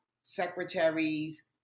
secretaries